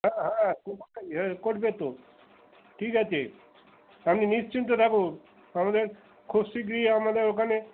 হ্যাঁ হ্যাঁ খুব আমাকে হেল্প করবে তো ঠিক আছে আপনি নিশ্চিন্তে থাকুন আমাদের খুব শীঘ্রই আমরা ওখানে